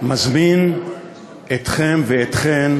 מזמין אתכם ואתכן,